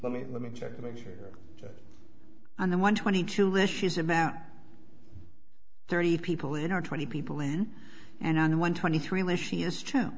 let me let me on the one twenty two list she's about thirty people in are twenty people in and on the one twenty three unless she is